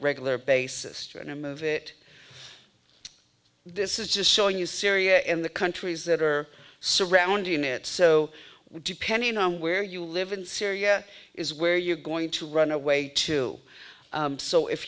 regular basis tryna move it this is just showing you syria and the countries that are surrounding it so depending on where you live in syria is where you're going to run away too so if